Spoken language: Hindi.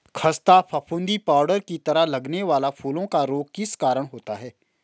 खस्ता फफूंदी पाउडर की तरह लगने वाला फूलों का रोग किस कारण होता है?